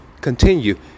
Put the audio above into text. Continue